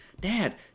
Dad